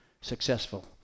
successful